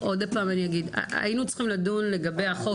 אני אגיד שוב שהיינו צריכים לדון לגבי החוק